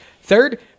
Third